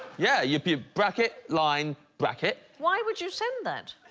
yeah, you'd be a bracket line bracket. why would you send that?